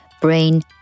brain